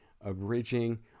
abridging